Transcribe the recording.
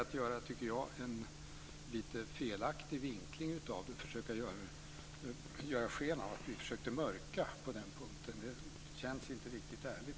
Att ge sken av att vi försökte mörka på den punkten tycker jag är att göra en lite felaktig vinkling. Det känns faktiskt inte riktigt ärligt.